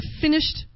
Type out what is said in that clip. finished